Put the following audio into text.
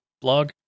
blog